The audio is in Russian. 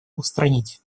устранить